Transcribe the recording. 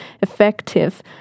effective